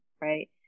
right